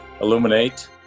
illuminate